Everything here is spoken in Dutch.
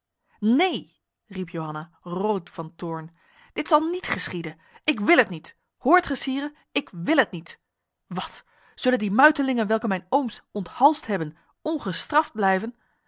neen riep johanna rood van toorn dit zal niet geschieden ik wil het niet hoort gij sire ik wil het niet wat zullen die muitelingen welke mijn ooms onthalsd hebben ongestraft blijven